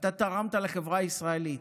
אתה תרמת לחברה הישראלית.